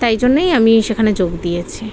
তাই জন্যই আমি সেখানে যোগ দিয়েছে